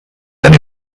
eine